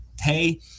hey